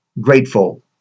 grateful